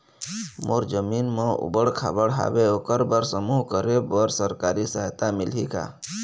मोर जमीन म ऊबड़ खाबड़ हावे ओकर बर समूह करे बर सरकारी सहायता मिलही का?